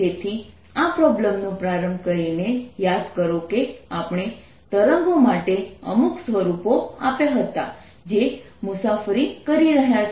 તેથી આ પ્રોબ્લેમનો પ્રારંભ કરીને યાદ કરો કે આપણે તરંગો માટે અમુક સ્વરૂપો આપ્યા હતા જે મુસાફરી કરી રહ્યા છે